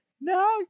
No